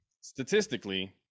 statistically